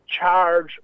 charge